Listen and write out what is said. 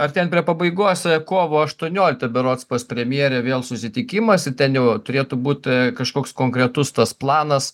artėjant prie pabaigos kovo aštuonioliktą berods pas premjerę vėl susitikimas ir ten jau turėtų būt a kažkoks konkretus tas planas